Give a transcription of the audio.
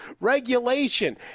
regulation